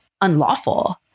unlawful